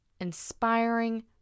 inspiring